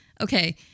Okay